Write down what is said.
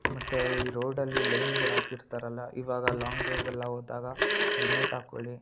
ಮತ್ತು ಈ ರೋಡಲ್ಲಿ ಲೈನ್ಗುಳು ಹಾಕಿರ್ತಾರಲ್ಲ ಇವಾಗ ಲಾಂಗ್ ಡ್ರೈವ್ಗೆಲ್ಲ ಹೋದಾಗ ಹೆಲ್ಮೆಟ್ ಹಾಕೊಳಿ